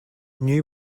new